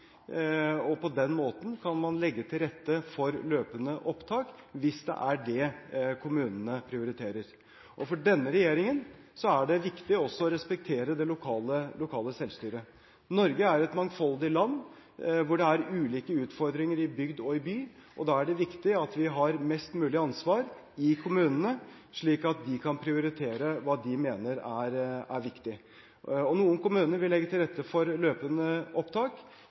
og på den måten kan man legge til rette for løpende opptak hvis det er det kommunene prioriterer. For denne regjeringen er det viktig også å respektere det lokale selvstyret. Norge er et mangfoldig land, hvor det er ulike utfordringer i bygd og i by. Da er det viktig at vi har mest mulig ansvar i kommunene, slik at de kan prioritere hva de mener er viktig. Noen kommuner vil legge til rette for løpende opptak